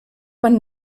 van